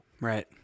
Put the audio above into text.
Right